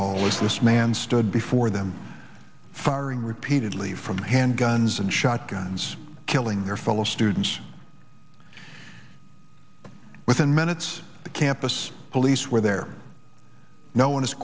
hall is this man stood before them firing repeatedly from handguns and shotguns killing their fellow students within minutes the campus police where there no one